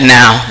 now